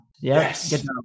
Yes